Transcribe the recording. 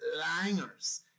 langers